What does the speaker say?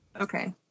Okay